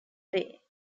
bay